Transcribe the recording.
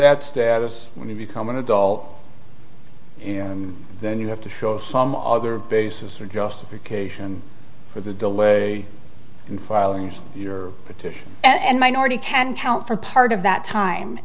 that status when you become an adult and then you have to show some other basis or justification for the delay in filing your petition and minority can count for part of that time